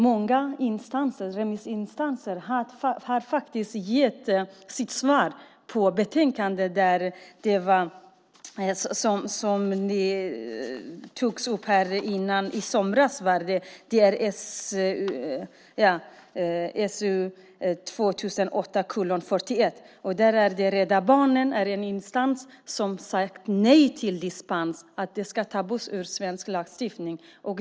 Många remissinstanser har gett sitt svar på betänkandet. Det togs upp här i somras, SOU 2008:41. Rädda Barnen är en instans som sagt nej till dispens. Det ska tas bort ur svensk lagstiftning.